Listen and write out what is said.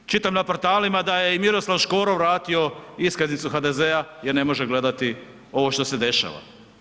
Evo, čitam na portalima da je i Miroslav Škoro vratio iskaznicu HDZ-a jer ne može gledati ovo šta se dešava.